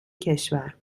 کشور